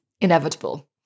inevitable